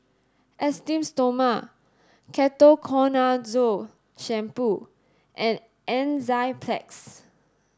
Esteem Stoma Ketoconazole shampoo and Enzyplex